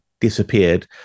disappeared